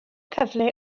cyfle